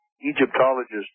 Egyptologists